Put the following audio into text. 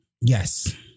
Yes